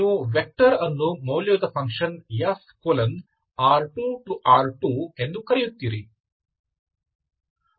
ನೀವು ವೆಕ್ಟರ್ ಅನ್ನು ಮೌಲ್ಯಯುತ ಫಂಕ್ಷನ್ F R2 → R2 ಎಂದು ಕರೆಯುತ್ತೀರಿ